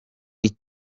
iki